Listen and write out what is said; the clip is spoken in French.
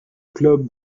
club